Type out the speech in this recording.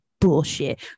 bullshit